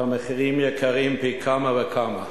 כי המחירים יקרים פי כמה וכמה.